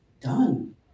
done